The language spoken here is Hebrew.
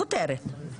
חותרת.